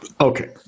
Okay